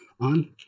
on